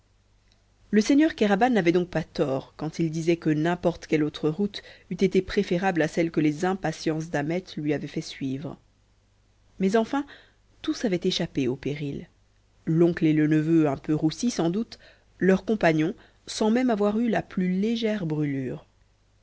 le seigneur kéraban n'avait donc pas tort quand il disait que n'importe quelle autre route eût été préférable à celle que les impatiences d'ahmet lui avaient fait suivre mais enfin tous avaient échappé au péril l'oncle et le neveu un peu roussis sans doute leurs compagnons sans même avoir eu la plus légère brûlure